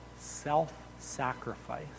self-sacrifice